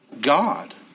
God